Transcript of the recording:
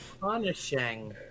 punishing